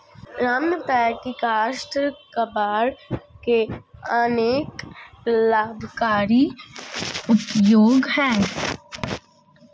राम ने बताया की काष्ठ कबाड़ के अनेक लाभकारी उपयोग हैं